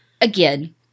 again